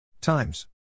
times